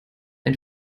ein